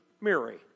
Mary